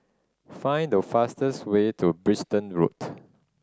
find the fastest way to Bristol Road